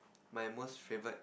my most favourite